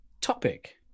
topic